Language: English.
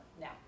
Now